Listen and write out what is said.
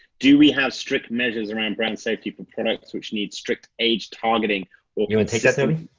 do we have strict measures around brand safety for products which needs strict age targeting or you wanna take that toby?